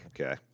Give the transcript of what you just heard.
Okay